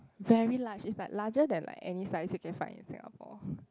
very large is like larger than like any size you can find in Singapore